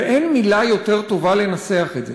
ואין מילה יותר טובה לנסח את זה,